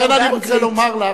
לכן אני רוצה לומר לך,